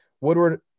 Woodward